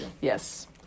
Yes